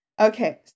Okay